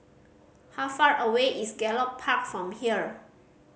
how far away is Gallop Park from here